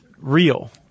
real